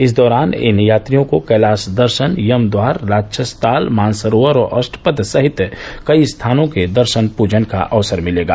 इस दौरान इन समी यात्रियों को कैलाश दर्शन यम द्वार राक्षस ताल मानसरोवर और अष्टपद सहित कई स्थानों का दर्शन पूजन का अवसर मिलेगा